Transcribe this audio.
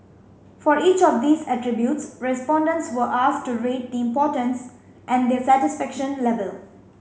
for each of these attributes respondents were asked to rate the importance and their satisfaction level